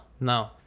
No